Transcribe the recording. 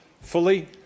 fully